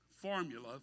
formula